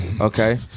okay